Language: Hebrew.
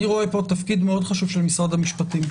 אני רואה פה תפקיד מאוד חשוב של משרד המשפטים.